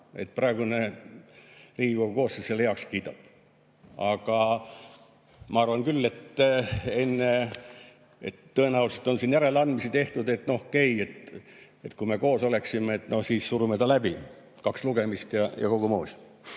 praegune Riigikogu koosseis selle heaks kiidab. Aga ma arvan küll, et tõenäoliselt on siin järeleandmisi tehtud, et noh, okei, kui me koos oleksime, siis surume ta läbi. Kaks lugemist ja kogu moos.